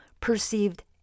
perceived